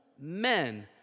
men